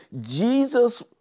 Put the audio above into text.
Jesus